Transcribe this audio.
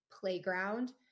playground